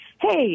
hey